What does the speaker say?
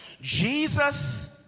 Jesus